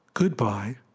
Goodbye